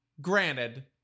granted